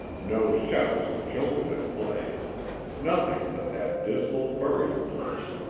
no shouts of children at play nothing but that dismal burial-place,